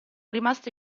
rimaste